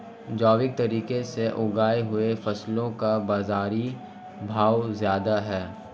जैविक तरीके से उगाई हुई फसलों का बाज़ारी भाव ज़्यादा है